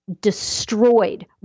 destroyed